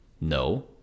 No